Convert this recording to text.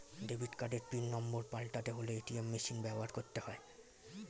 debit কার্ডের pin number পাল্টাতে হলে এ.টি.এম মেশিন ব্যবহার করতে হয়